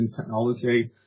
technology